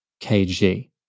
KG